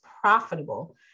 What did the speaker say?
profitable